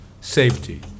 safety